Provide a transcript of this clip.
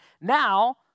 now